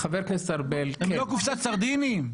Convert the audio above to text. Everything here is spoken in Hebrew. הם לא קופסת סרדינים.